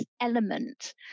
element